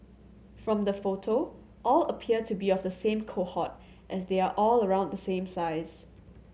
from the photo all appear to be of the same cohort as they are all around the same size